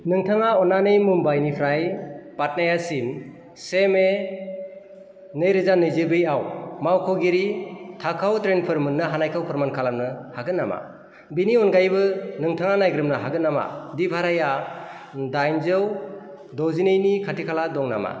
नोंथाङा अन्नानै मुम्बाइनिफ्राय पाटनायासिम से मे नैरोजा नैजिब्रैआव मावख'गिरि थाखोयाव ट्रेनफोर मोन्नो हानायखौ फोरमान खालामनो हागोन नामा बेनि अनगायैबो नोंथाङा नायग्रोमनो हागोन नामा दि भाराया दाइनजौ द'जिनैनि खाथिखाला दं नामा